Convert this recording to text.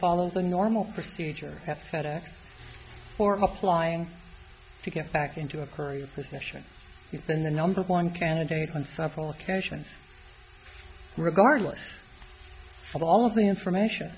follow the normal procedure etc for applying to get back into a curry position than the number one candidate on several occasions regardless of all of the information